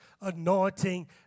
anointing